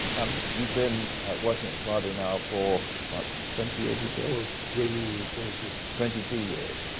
um you've been working at the prado now for about twenty years, you said. for twenty twenty two. twenty two years.